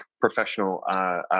professional